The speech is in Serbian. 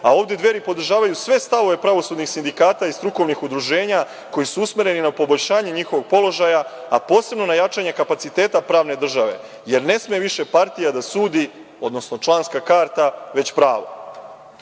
a ovde Dveri podržavaju sve stavove pravosudnih sindikata i strukovnih udruženja koja su usmereni na poboljšanje njihovog položaja, a posebno na jačanje kapaciteta pravne države, jer ne sme više partija da sudi, odnosno članska karta, već pravo. Dveri